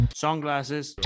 sunglasses